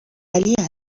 ولی